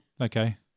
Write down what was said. Okay